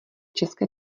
české